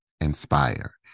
inspire